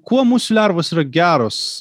kuo musių lervos yra geros